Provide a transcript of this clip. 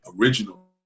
original